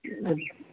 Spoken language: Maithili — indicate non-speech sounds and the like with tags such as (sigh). (unintelligible)